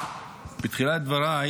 בתחילת דבריי